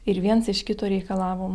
ir viens iš kito reikalavom